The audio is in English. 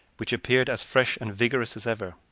which appeared as fresh and vigorous as ever,